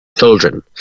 children